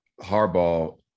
Harbaugh